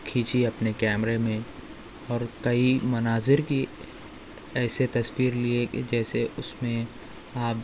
کھینچی اپنے کمیرے میں اور کئی مناظر کی ایسے تصویر لیے کہ جیسے اس میں آب